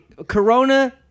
Corona